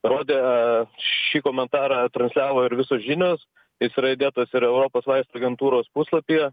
rodė šį komentarą transliavo ir visos žinios jis yra įdėtas ir europos vaistų agentūros puslapyje